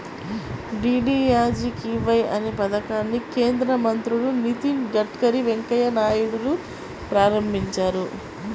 DDUGKY అనే పథకాన్ని కేంద్ర మంత్రులు నితిన్ గడ్కరీ, వెంకయ్య నాయుడులు ప్రారంభించారు